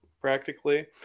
practically